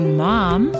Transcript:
mom